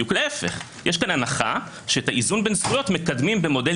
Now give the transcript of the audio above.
להפך יש פה הנחה שאת האיזון בין זכויות מקדמים במודל